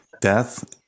death